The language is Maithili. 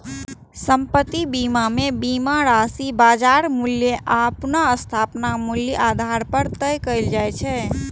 संपत्ति बीमा मे बीमा राशि बाजार मूल्य आ पुनर्स्थापन मूल्यक आधार पर तय कैल जाइ छै